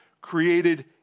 created